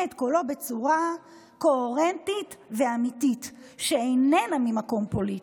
את קולו בצורה קוהרנטית ואמיתית שאיננה ממקום פוליטי.